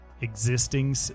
existing